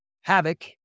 Havoc